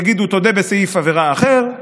ויגידו: תודה בסעיף עבירה אחר,